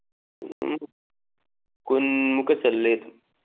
ꯑꯗꯨꯝ ꯀꯨꯟꯃꯨꯛꯀ ꯆꯜꯂꯦ